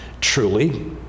truly